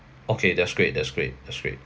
okay that's great that's great that's great